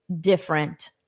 different